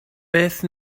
beth